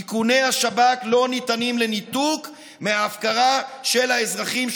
איכוני השב"כ לא ניתנים לניתוק מההפקרה של האזרחים,